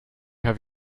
have